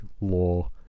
law